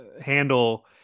Handle